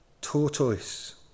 tortoise